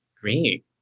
Great